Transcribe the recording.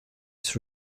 its